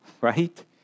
right